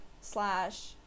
slash